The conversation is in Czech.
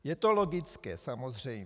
Je to logické, samozřejmě.